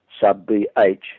sub-BH